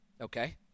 Okay